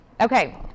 Okay